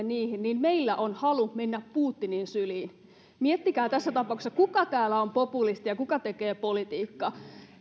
niihin niin meillä on halu mennä putinin syliin miettikää tässä tapauksessa kuka täällä on populisti ja kuka tekee politiikkaa